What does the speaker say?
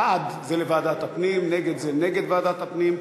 בעד זה לוועדת הפנים, נגד זה נגד ועדת הפנים.